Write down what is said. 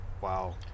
Wow